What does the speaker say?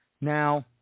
Now